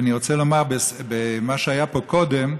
אני רוצה לדבר על מה שהיה פה קודם.